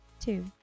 two